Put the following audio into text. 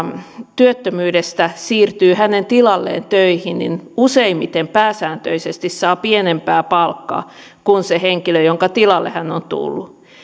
työttömyydestä siirtyy hänen tilalleen töihin useimmiten pääsääntöisesti saa pienempää palkkaa kuin se henkilö jonka tilalle hän on tullut